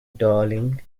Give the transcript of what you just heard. darling